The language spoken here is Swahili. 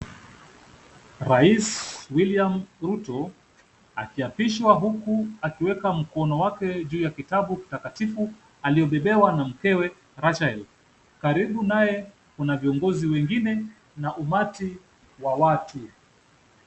Rais William Ruto akiapishwa, huku akiweka mkono wake juu ya kitabu kitakatifu aliyobebewa na mkewe Rachel. Karibu naye kuna viongozi wengine na umati wa watu.